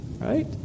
right